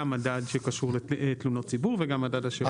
גם מדד שקשור לתלונות ציבור וגם מדד השירות.